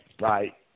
right